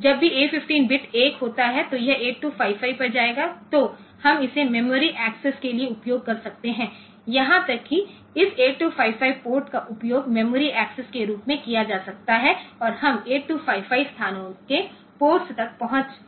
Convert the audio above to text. तो जब भी A 15 बिट 1 होता है तो यह 8255 पर जाएगा तो हम इसे मेमोरी एक्सेस के लिए उपयोग कर सकते हैं यहां तक कि इस 8255 पोर्ट का उपयोग मेमोरी एक्सेस के रूप में किया जा सकता है और हम 8255 स्थानों के पोर्ट्स तक पहुंच